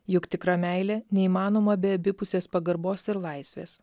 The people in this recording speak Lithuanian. juk tikra meilė neįmanoma be abipusės pagarbos ir laisvės